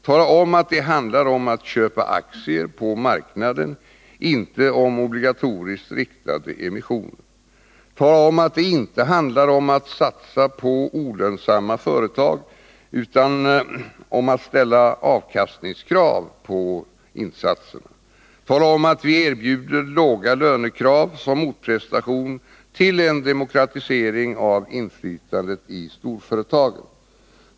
Tala om att det handlar om att köpa aktier på marknaden — inte om obligatoriskt riktade emissioner! Tala om att det inte handlar om att satsa på olönsamma företag, utan om att ställa avkastningskrav på insatserna! Tala om att vi erbjuder låga lönekrav som motprestation till en demokratisering av inflytandet i storföretagen!